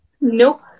nope